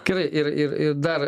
gerai ir ir ir dar